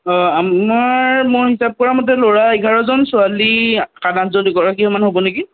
আমাৰ মই হিচাপ কৰা মতে ল'ৰা এঘাৰজন ছোৱালী সাত আঠ জনী গৰাকীমান হ'ব নেকি